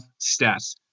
stats